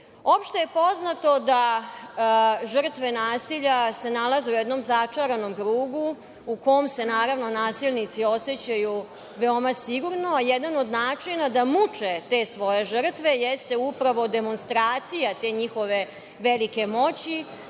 je poznato da žrtve nasilja se nalaze u jednom začaranom krugu u kome se naravno nasilnici osećaju veoma sigurno. Jedan od načina da muče te svoje žrtve jeste upravo demonstracija te njihove velike moći,